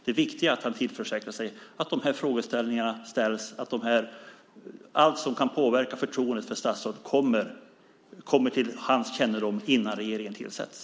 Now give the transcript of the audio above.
Det viktiga är att han försäkrar sig om att allt som kan påverka förtroendet för statsrådet kommer till hans kännedom innan regeringen tillsätts.